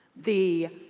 the